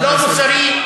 לא מוסרי.